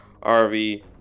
RV